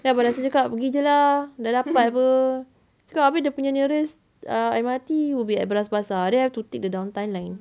abang nasir cakap pergi jer lah dah dapat apa cakap habis dia punya nearest M_R_T will be at bras basah then I have to take the downtown line